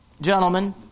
gentlemen